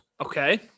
Okay